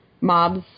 mobs